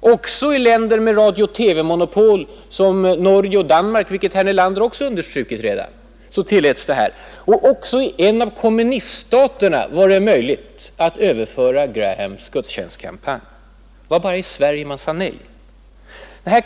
också i länder med radiooch TV-monopol, såsom Norge och Danmark, vilket också herr Nelander redan understrukit. Även till en av kommuniststaterna var det möjligt att överföra Grahams gudstjänstkampanj. Det vara bara i Sverige man sade nej.